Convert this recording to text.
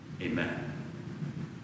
Amen